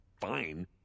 fine